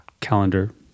calendar